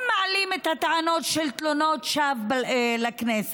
הם מעלים את הטענות של תלונות שווא לכנסת,